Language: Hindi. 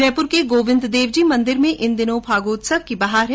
जयपुर के गोविन्द देवजी मंदिर में इन दिनों फागोत्सव की बहार है